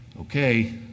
okay